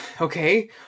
okay